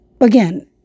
again